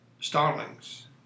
Starlings